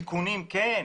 תיקונים כן,